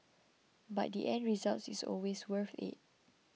but the end result is always worth it